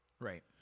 Right